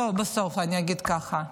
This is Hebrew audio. בסוף בסוף, אגיד ככה,